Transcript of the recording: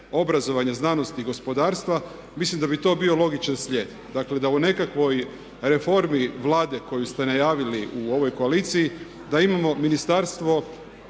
obrazovanja, znanosti i gospodarstva mislim da bi to bio logičan slijed. Dakle, da u nekakvoj reformi Vlade koju ste najavili u ovoj koaliciji, da imamo Ministarstvo